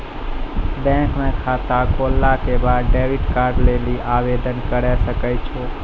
bank म खाता खोलला के बाद डेबिट कार्ड लेली आवेदन करै सकै छौ